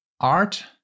art